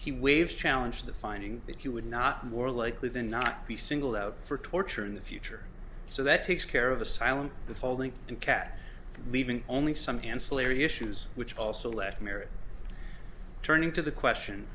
he waives challenge the finding that you would not more likely than not be singled out for torture in the future so that takes care of the silent withholding and cat leaving only some ancillary issues which also lack merit turning to the question